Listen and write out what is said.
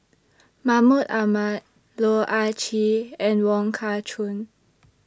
Mahmud Ahmad Loh Ah Chee and Wong Kah Chun